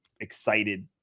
excited